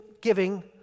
giving